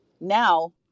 Now